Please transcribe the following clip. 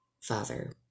father